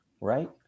right